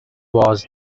was